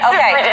Okay